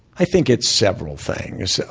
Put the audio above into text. i think it's several things. so